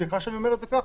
סליחה שאני אומר את זה כך.